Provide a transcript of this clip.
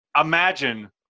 Imagine